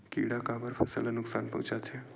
किड़ा काबर फसल ल नुकसान पहुचाथे?